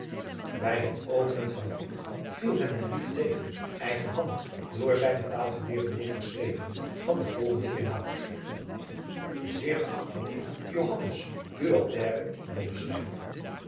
bij het openen van het boek viel hem een brief tegen eigenhandig adriaan loosjes pzn het leven van johannes wouter blommesteyn door zijnen taalgeleerden neef geschreven van den volgen inhoud zeer geachte neef